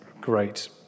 great